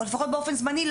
או לפחות באופן זמני,